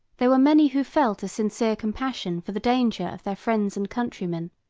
there were many who felt a sincere compassion for the danger of their friends and countrymen,